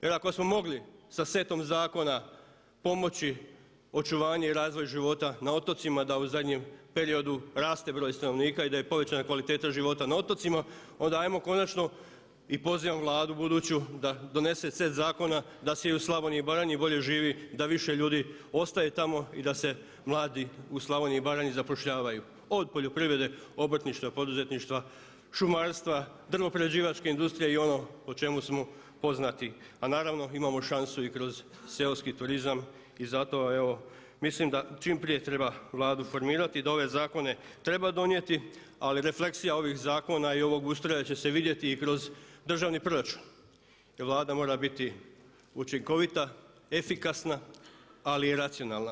Jer ako smo mogli sa setom zakona pomoći očuvanje i razvoj života na otocima da u zadnjem periodu raste broj stanovnika i da je povećana kvaliteta života na otocima onda ajmo konačno i pozivam Vladu buduću da donese set zakona da se i u Slavoniji i Baranji bolje živi, da više ljudi ostaje tamo i da se mladi u Slavoniji i Baranji zapošljavaju od poljoprivrede, obrtništva, poduzetništva, šumarstva, drvno prerađivačke industrije i ono o čemu smo poznati a naravno imamo šansu i kroz seoski turizam i zato evo mislim da čim prije treba Vladu formirati da ove zakone treba donijeti, ali refleksija ovih zakona i ovog ustroja će se vidjeti i kroz državni proračun jer Vlada mora biti učinkovita, efikasna ali i racionalna.